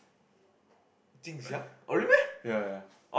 ya ya